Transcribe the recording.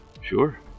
Sure